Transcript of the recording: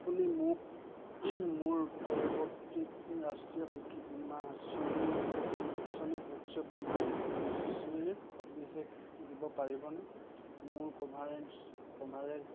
আপুনি মোক মোৰ পৰিৱৰ্তিত ৰাষ্ট্ৰীয় কৃষি বীমা আঁচনি আঁচনিৰ শস্য বীমা পলিচীৰ সবিশেষ দিব পাৰিবনে মোৰ কভাৰেঞ্চ কভাৰেজ